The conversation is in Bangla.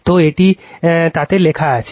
তো এটি তাতে লেখা আছে